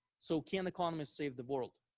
so can the economists save the world?